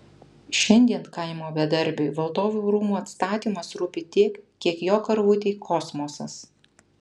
šiandien kaimo bedarbiui valdovų rūmų atstatymas rūpi tiek kiek jo karvutei kosmosas